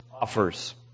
offers